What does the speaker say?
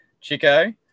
Chico